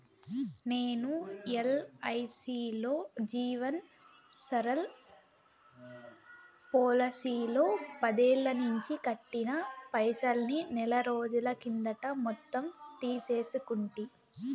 నేను ఎల్ఐసీలో జీవన్ సరల్ పోలసీలో పదేల్లనించి కట్టిన పైసల్ని నెలరోజుల కిందట మొత్తం తీసేసుకుంటి